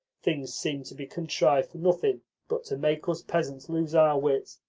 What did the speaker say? things seem to be contrived for nothing but to make us peasants lose our wits,